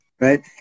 right